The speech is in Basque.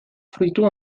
fruitu